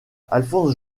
alphonse